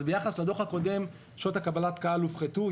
אז ביחס לדוח הקודם שעות קבלת הקהל הופחתו,